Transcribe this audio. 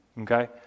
okay